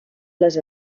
les